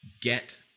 get